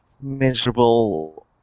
miserable